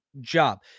job